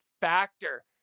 factor